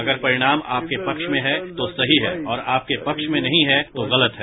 अगर परिणाम आपके पक्ष में है तो सही है और आपके पक्ष में नहीं है तो गलत है